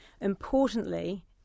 Importantly